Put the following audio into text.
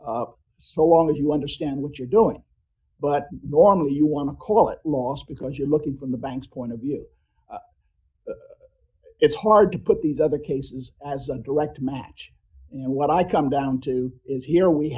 loss so long as you understand what you're doing but normally you want to call it last because you're looking from the bank's point of view it's hard to put these other cases as a direct match and what i come down to is here we